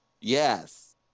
Yes